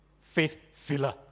faith-filler